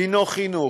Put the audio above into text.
היא חינוך.